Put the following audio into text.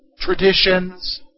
Traditions